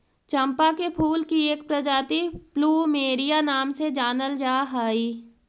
चंपा के फूल की एक प्रजाति प्लूमेरिया नाम से जानल जा हई